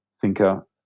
thinker